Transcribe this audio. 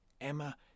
Emma